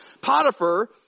Potiphar